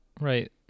right